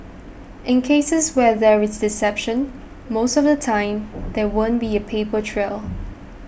in cases where there is deception most of the time there won't be a paper trail